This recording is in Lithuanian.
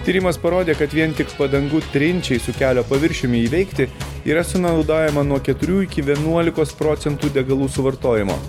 tyrimas parodė kad vien tik padangų trinčiai su kelio paviršiumi įveikti yra sunaudojama nuo keturių iki vienuolikos procentų degalų suvartojimo